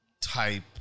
type